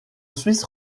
suisse